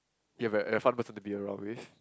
you're a a fun person to be around with